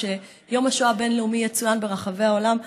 כשיום השואה הבין-לאומי יצוין ברחבי העולם,